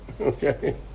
Okay